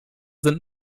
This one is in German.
sind